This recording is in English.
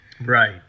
Right